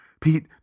Pete